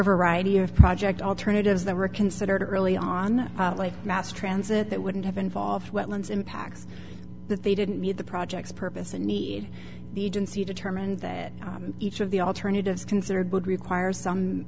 variety of project alternatives that were considered early on mass transit that wouldn't have involved wetlands impacts that they didn't meet the projects purpose and need the agency determined that each of the alternatives considered would require some